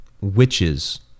witches